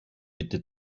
bitte